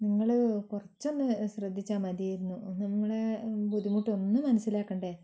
നിങ്ങൾ കുറച്ചൊന്ന് ശ്രദ്ധിച്ചാൽ മതിയായിരുന്നു നമ്മളെ ബുദ്ധിമുട്ടൊന്നു മനസ്സിലാക്കണ്ടേ